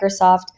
Microsoft